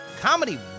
Comedy